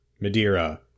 Madeira